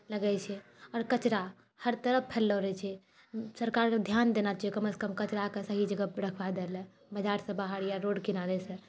लगै छै आओर कचरा हर तरफ फैललऽ रहै छै सरकारके धिआन देना चाही कमसँ कम कचराके सही जगहपर रखबा दैलए बजारसँ बाहर या रोड किनारेसँ